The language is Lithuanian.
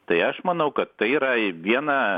tai aš manau kad tai yra viena